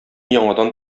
яңадан